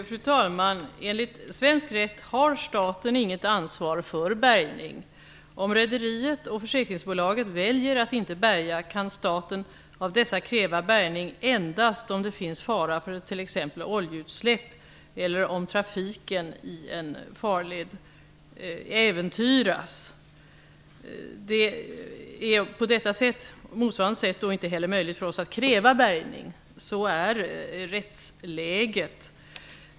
Fru talman! Enligt svensk rätt har staten inget ansvar för bärgning. Om rederiet och försäkringsbolaget väljer att inte bärga kan staten av dessa kräva bärgning endast om det finns fara för t.ex. oljeutsläpp eller om trafiken i en farled äventyras. Det är på motsvarande sätt inte heller möjligt för oss att kräva bärgning -- så är rättsläget.